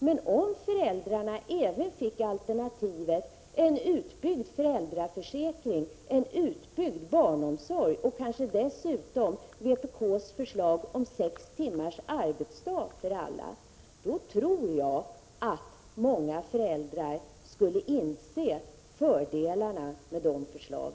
Men om föräldrarna även fick alternativet utbyggd föräldraförsäkring och utbyggd barnomsorg, och kanske dessutom vpk:s förslag om sex timmars arbetsdag för alla, då tror jag att många föräldrar skulle inse fördelarna med dessa förslag.